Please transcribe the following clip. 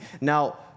Now